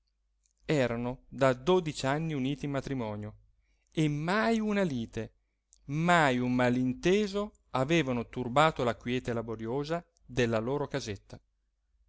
erano da dodici anni uniti in matrimonio e mai una lite mai un malinteso avevano turbato la quiete laboriosa della loro casetta